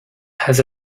has